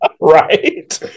Right